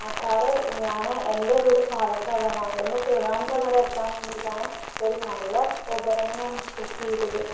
ആ കാർ ഞാൻ എൻ്റെ വീട് പാലക്കാട് ആണ് അവിടെ നിന്ന് ട്രിവാൻഡ്രം വരെ എത്താൻ വേണ്ടിയിട്ടാണ് ഒരു നല്ല ഊബർ തന്നെ ഞാൻ ബുക്ക് ചെയ്തത്